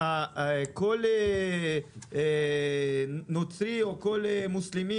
כל נוצרי או מוסלמי